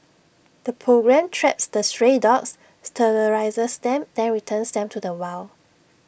the programme traps the stray dogs sterilises them then returns them to the wild